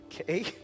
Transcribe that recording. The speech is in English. Okay